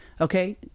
Okay